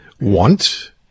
want